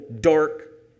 dark